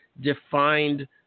defined